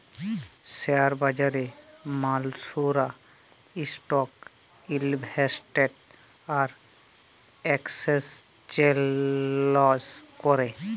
share বাজারে মালুসরা stock invest আর একেসচেলজ ক্যরে